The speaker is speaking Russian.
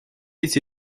эти